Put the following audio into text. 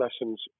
lessons